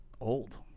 old